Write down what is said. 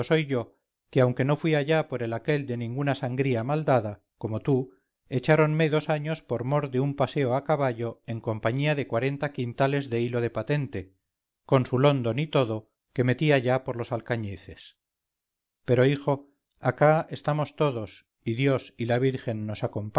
soy yo que aunque no fui allá por el aquel de ninguna sangría mal dada como tú echáronme dos años por mor de un paseo a caballo en compañía de cuarenta quintales de hilo de patente con su london y todo que metí allá por los alcañices pero hijo acá estamos todos y dios y la virgen nos